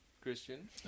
Christian